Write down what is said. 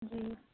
جی